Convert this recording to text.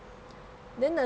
then the